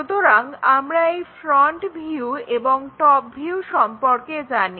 সুতরাং আমরা এই ফ্রন্ট ভিউ এবং টপ ভিউ সম্পর্কে জানি